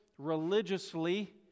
religiously